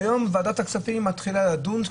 שהיום ועדת כספים מתחילה לדון,